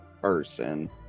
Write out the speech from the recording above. person